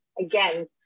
again